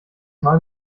mal